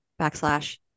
backslash